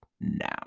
now